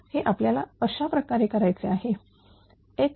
हे आपल्याला अशा प्रकारे करायचे आहे x